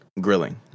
grilling